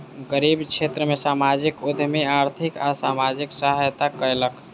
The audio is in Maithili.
गरीब क्षेत्र में सामाजिक उद्यमी आर्थिक आ सामाजिक सहायता कयलक